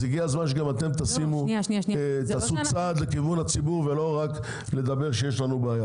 אז הגיע הזמן שגם אתם תעשו צעד לכיוון הציבור ולא רק לומר שיש לכם בעיה.